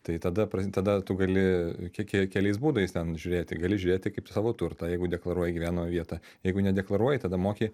tai tada pra tada tu gali ke ke keliais būdais ten žiūrėti gali žiūrėti kaip į savo turtą jeigu deklaruoji gyvenamąją vietą jeigu nedeklaruoji tada moki